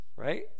Right